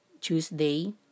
tuesday